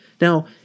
Now